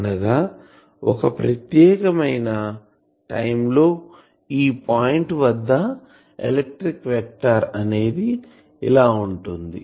అనగా ఒక ప్రతేకమైన టైం లో ఈ పాయింట్ వద్ద ఎలక్ట్రిక్ వెక్టార్ అనేది ఇలా ఉంటుంది